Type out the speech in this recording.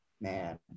Man